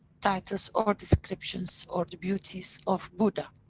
titles or descriptions or the beauties of buddha.